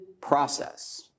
process